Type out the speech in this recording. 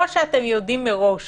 או שאתם יודעים מראש